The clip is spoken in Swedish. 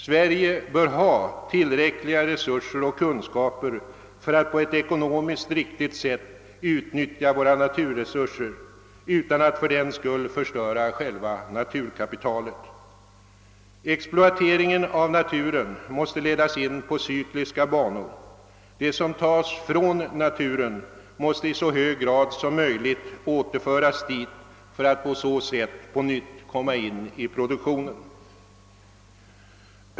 Sverige bör ha tillräckliga resurser och kunskaper för att på ett ekonomiskt riktigt sätt utnyttja sina naturresurser utan att fördenskull förstöra själva naturkapitalet. Exploateringen av naturen måste ledas in i cykliska banor. Det som tas från naturen måste i så hög grad som möjligt återföras dit för att på så sätt på nytt komma in i produktionen.